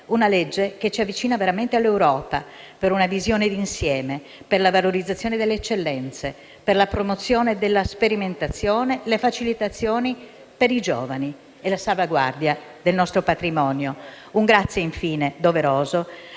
*ad hoc* che ci avvicina veramente all'Europa, per una visione di insieme, la valorizzazione delle eccellenze, la promozione della sperimentazione, le facilitazioni per i giovani e la salvaguardia del nostro patrimonio. Rivolgo, infine, un doveroso